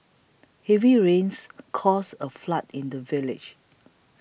heavy rains caused a flood in the village